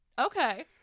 Okay